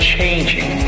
Changing